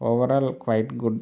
overall quite good